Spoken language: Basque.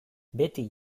beti